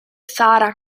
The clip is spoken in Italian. sara